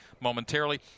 momentarily